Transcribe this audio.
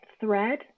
thread